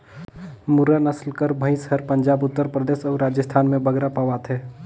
मुर्रा नसल कर भंइस हर पंजाब, उत्तर परदेस अउ राजिस्थान में बगरा पवाथे